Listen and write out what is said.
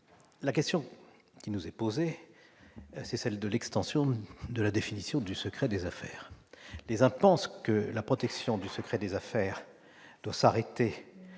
La question qui nous est posée est celle de l'extension de la définition du secret des affaires. Les uns pensent que la protection du secret des affaires doit s'arrêter